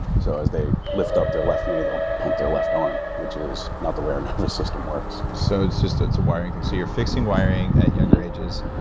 so, as they lift up their left knee, they'll pump their left arm which is not the way our nervous system works. so it's just, it's a wiring thing. so you're fixing wiring at younger ages.